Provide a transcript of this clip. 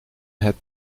het